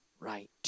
Right